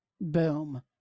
Boom